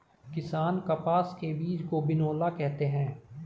किसान कपास के बीज को बिनौला कहते है